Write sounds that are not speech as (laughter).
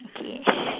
okay (laughs)